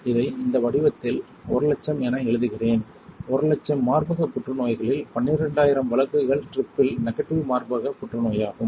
இதை இந்த வடிவத்தில் 100000 என எழுதுகிறேன் 100000 மார்பக புற்றுநோய்களில் 12000 வழக்குகள் ட்ரிப்ப்பில் நெகடிவ் மார்பக புற்றுநோயாகும்